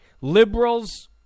liberals